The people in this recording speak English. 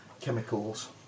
chemicals